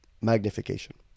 Magnification